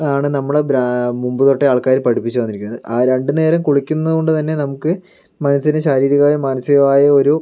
ആണ് നമ്മള മുൻപ് തൊട്ടേ ആൾക്കാര് പഠിപ്പിച്ച് വന്നിരിക്കുന്നത് ആ രണ്ടു നേരം കുളിക്കുന്നത് കൊണ്ട് തന്നെ നമുക്ക് മനസ്സിന് ശാരീരികമായ മാനസികമായ ഒരു